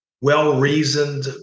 well-reasoned